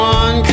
one